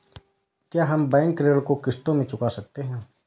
क्या हम बैंक ऋण को किश्तों में चुका सकते हैं?